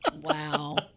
Wow